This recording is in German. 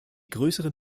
größeren